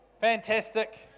Fantastic